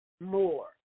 more